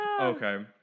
Okay